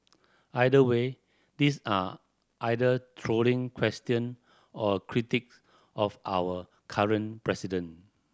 either way these are either trolling question or critique of our current president